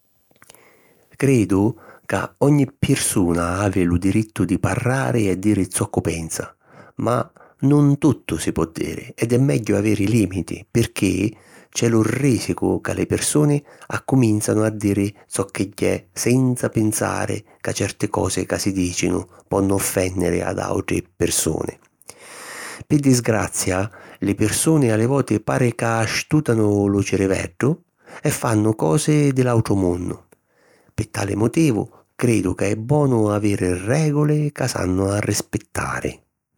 Cridu ca ogni pirsuna havi lu dirittu di parrari e diri zoccu pensa ma nun tuttu si po diri ed è megghiu aviri lìmiti pirchì c’è lu rìsicu ca li pirsuni accumìnzanu a diri zocchegghiè senza pinsari ca certi cosi ca si dìcinu ponnu offènniri ad àutri pirsuni. Pi disgrazia li pirsuni a li voti pari ca astùtanu lu ciriveddu e fannu cosi di l’àutru munnu; pi tali motivu cridu ca è bonu aviri règuli ca s'hannu a rispittari.